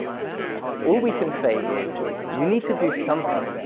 all we can say is you need to do something,